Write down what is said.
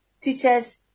teachers